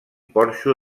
porxo